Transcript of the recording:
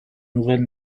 nouvelle